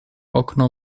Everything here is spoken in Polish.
okno